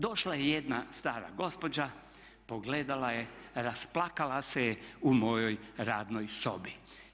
Došla je jedna stara gospođa, pogledala je i rasplakala se u mojoj radnoj sobi.